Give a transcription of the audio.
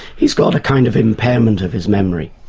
he's got a kind of impairment of his memory,